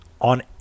on